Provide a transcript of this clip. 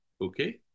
okay